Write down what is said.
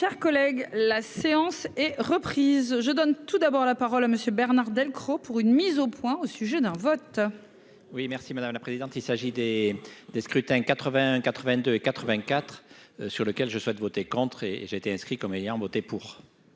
Chers collègues, la séance est reprise, je donne tout d'abord la parole à Monsieur Bernard Delcros pour une mise au point, au sujet d'un vote. Oui merci madame la présidente. Il s'agit des des scrutins, 81, 82 et 84 sur lequel je souhaite voter contre et j'ai été inscrit comme ayant voté pour.--